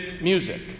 music